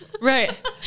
Right